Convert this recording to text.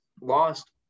lost